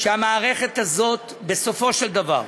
והמערכת הזאת, בסופו של דבר,